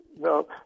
No